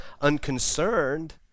unconcerned